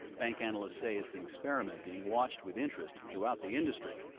bank analysts say it's an experiment being watched with interest throughout the industry.